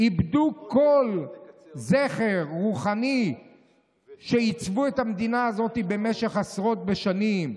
איבדו כל זכר רוחני שעיצב את המדינה הזאת במשך עשרות בשנים.